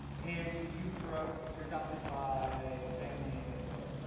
and so you grew up, you're adopted by a family of what?